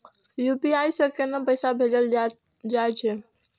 UPI से केना पैसा भेजल जा छे?